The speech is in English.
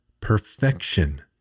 perfection